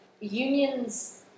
Unions